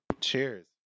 cheers